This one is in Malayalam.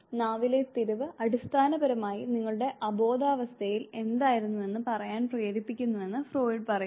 നാവിലെ തിരിവ് അടിസ്ഥാനപരമായി നിങ്ങളുടെ അബോധാവസ്ഥയിൽ എന്തായിരുന്നുവെന്ന് പറയാൻ പ്രേരിപ്പിക്കുന്നുവെന്ന് ഫ്രോയിഡ് പറയുന്നു